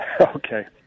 Okay